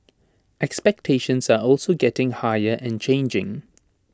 expectations are also getting higher and changing